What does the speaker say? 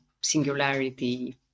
singularity